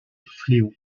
fléau